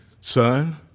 son